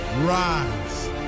Rise